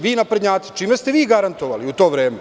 Vi naprednjaci, čime ste vi garantovali u to vreme?